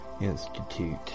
Institute